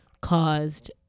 caused